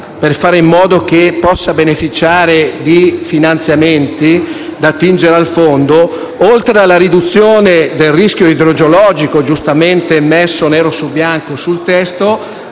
per fare in modo che possano beneficiare di finanziamenti da attingere dal Fondo, venga aggiunto, oltre alla riduzione del rischio idrogeologico, giustamente riportato nero su bianco nel testo,